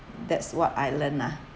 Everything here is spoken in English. that's what I learn ah